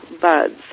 buds